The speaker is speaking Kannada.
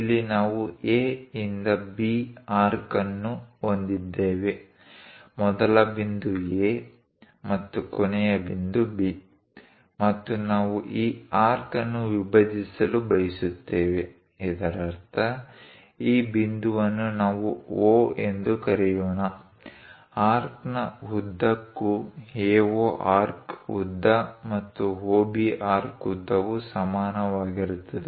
ಇಲ್ಲಿ ನಾವು A ಯಿಂದ B ಆರ್ಕ್ ಅನ್ನು ಹೊಂದಿದ್ದೇವೆ ಮೊದಲ ಬಿಂದು A ಮತ್ತು ಕೊನೆಯ ಬಿಂದು B ಮತ್ತು ನಾವು ಈ ಆರ್ಕ್ ಅನ್ನು ವಿಭಜಿಸಲು ಬಯಸುತ್ತೇವೆ ಇದರರ್ಥ ಈ ಬಿಂದುವನ್ನು ನಾವು O ಎಂದು ಕರೆಯೋಣ ಆರ್ಕ್ನ ಉದ್ದಕ್ಕೂ AO ಆರ್ಕ್ ಉದ್ದ ಮತ್ತು OB ಆರ್ಕ್ ಉದ್ದವು ಸಮಾನವಾಗಿರುತ್ತದೆ